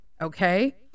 Okay